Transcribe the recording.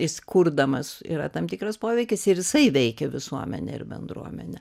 jis kurdamas yra tam tikras poveikis ir jisai veikia visuomenę ir bendruomenę